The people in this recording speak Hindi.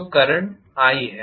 तो करंट i है